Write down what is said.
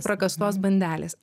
prakąstos bandelės